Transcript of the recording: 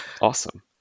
Awesome